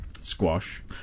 squash